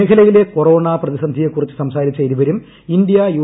മേഖലയിലെ കൊറോണ പ്രതിസന്ധിയെക്കുറിച്ച് സംസാരിച്ച ഇരുവരും ഇന്തൃ യു